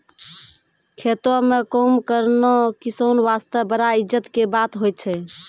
खेतों म काम करना किसान वास्तॅ बड़ा इज्जत के बात होय छै